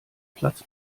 platz